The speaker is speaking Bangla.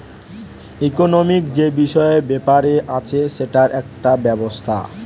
ইকোনোমিক্ যে বিষয় ব্যাপার আছে সেটার একটা ব্যবস্থা